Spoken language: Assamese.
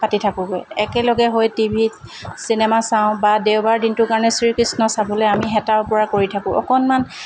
পাতি থাকোগৈ একেলগে হৈ টি ভিত চিনেমা চাওঁ বা দেওবাৰ দিনটোৰ কাৰণে শ্ৰী কৃষ্ণ চাবলৈ আমি হেতা ওপৰা কৰি থাকোঁ অকণমান